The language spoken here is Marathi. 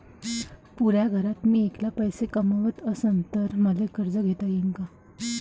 पुऱ्या घरात मी ऐकला पैसे कमवत असन तर मले कर्ज घेता येईन का?